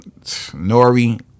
Nori